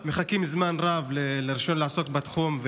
הם מחכים זמן רב לרישיון לעסוק בתחום,